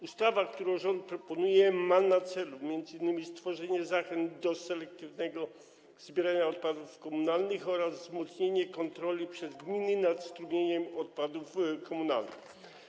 Ustawa, którą rząd proponuje, ma na celu m.in. stworzenie zachęt do selektywnego zbierania odpadów komunalnych oraz wzmocnienie kontroli przez gminy nad strumieniem odpadów komunalnych.